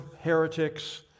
heretics